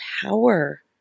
power